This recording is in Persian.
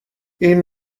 این